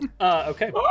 Okay